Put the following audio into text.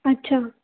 अच्छा